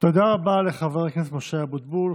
תודה רבה לחבר הכנסת משה אבוטבול.